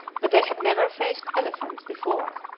but they had never faced elephants before.